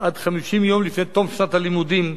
עד 50 יום לפני תום שנת הלימודים.